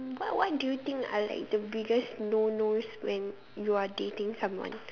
what what do you think are like the biggest no nos when you are dating someone